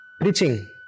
preaching